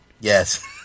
yes